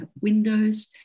windows